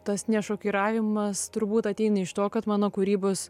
tas nešokiravimas turbūt ateina iš to kad mano kūrybos